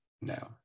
No